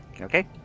Okay